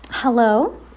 Hello